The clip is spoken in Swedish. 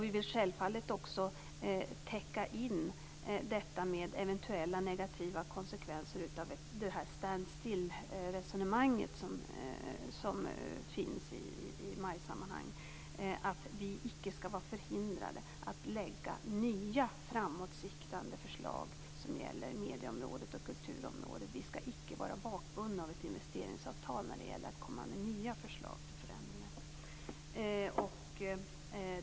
Vi vill självfallet också täcka in detta med eventuella negativa konsekvenser av stand still-resonemanget som finns i MAI-sammanhang, dvs. att vi icke skall vara förhindrade att lägga fram nya framåtsyftande förslag som gäller medieområdet och kulturområdet. Vi skall icke vara bakbundna av ett investerings avtal när det gäller att komma med nya förslag till förändringar.